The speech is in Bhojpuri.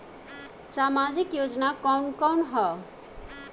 सामाजिक योजना कवन कवन ह?